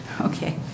Okay